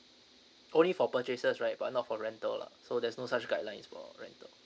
only for purchases right but not for rental lah so there's no such guidelines for rental